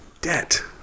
Debt